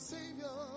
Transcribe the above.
Savior